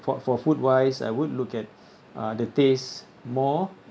for for food-wise I would look at uh the taste more